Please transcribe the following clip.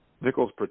Nichols